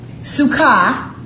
sukkah